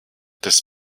des